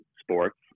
sports